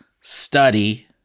study